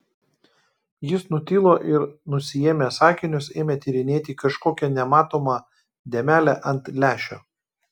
jis nutilo ir nusiėmęs akinius ėmė tyrinėti kažkokią nematomą dėmelę ant lęšio